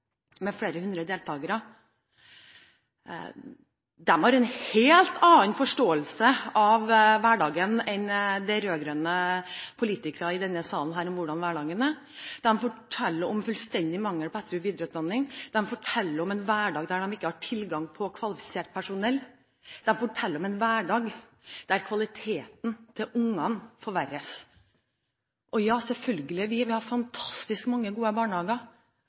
med flere hundre deltakere. De har en helt annen forståelse av hverdagen enn det rød-grønne politikere i denne salen har om hvordan hverdagene er. De fortalte om en fullstendig mangel på etter- og videreutdanning, de fortalte om en hverdag der man ikke har tilgang på kvalifisert personell, de fortalte om en hverdag der kvaliteten i barnehagene forverres. Selvfølgelig har vi fantastisk mange gode barnehager,